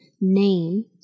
name